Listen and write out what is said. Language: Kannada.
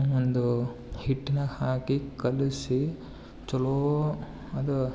ಒಂದು ಹಿಟ್ಟಿನಾಗೆ ಹಾಕಿ ಕಲಸಿ ಚಲೋ ಅದು